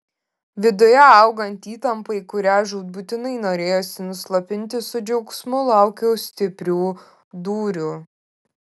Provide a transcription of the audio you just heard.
viduje augant įtampai kurią žūtbūtinai norėjosi nuslopinti su džiaugsmu laukiau stiprių dūrių